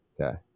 Okay